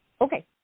Okay